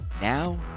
Now